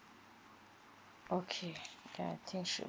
okay ya I think should